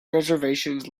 reservations